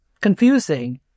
confusing